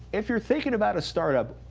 if you're thinking about a startup,